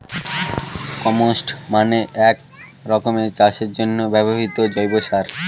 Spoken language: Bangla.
কম্পস্ট মানে এক রকমের চাষের জন্য ব্যবহৃত জৈব সার